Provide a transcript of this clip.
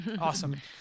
Awesome